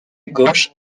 gauche